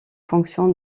fonction